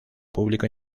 público